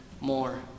more